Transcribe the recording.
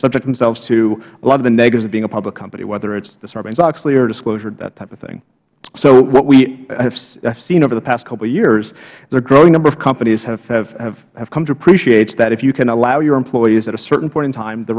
subject themselves to a lot of the negatives of being a public company whether it's the sarbanesoxley or disclosure that type of thing so what we have seen over the past couple of years there are a growing number of companies that have come to appreciate that if you can allow your employees at a certain point in time the